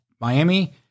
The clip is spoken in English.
Miami